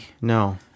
No